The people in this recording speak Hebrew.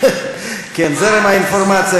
כן, זרם האינפורמציה.